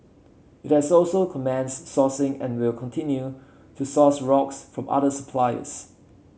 it has also commenced sourcing and will continue to source rocks from other suppliers